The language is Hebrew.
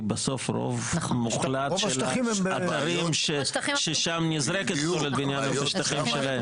כי בסוף הרוב המוחלט השטחים ששם נזרקת פסולת בניין זה בשטחים שלהם.